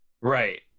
Right